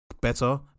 better